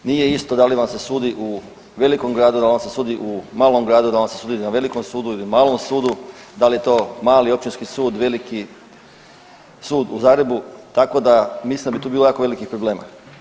Nije isto da li vam se sudi u velikom gradu, da li vam se sudi u malom gradu, da vam se sudu na velikom sudu ili malom sudu, da li je to mali općinski sud, veliki sud u Zagrebu, tako da mislim da bi tu bilo jako velikih problema.